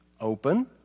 open